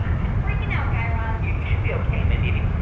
ah kind of freaking out, guy raz you you should be ok, mindy. i mean,